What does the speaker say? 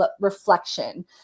reflection